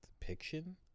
depiction